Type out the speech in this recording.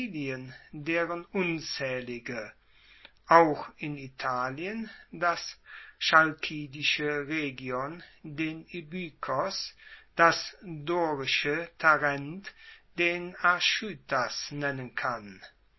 deren unzaehlige auch in italien das chalkidische rhegion den ibykos das dorische tarent den archytas nennen kann